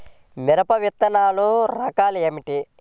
మిరప విత్తనాల రకాలు ఏమిటి?